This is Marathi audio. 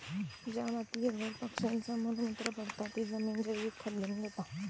ज्या मातीयेवर पक्ष्यांचा मल मूत्र पडता ती जमिन जैविक खत बनून जाता